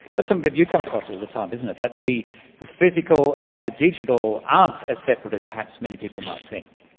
but something that you come across all the time, isn't it, that the the physical and the digital aren't as separate as perhaps many people might think.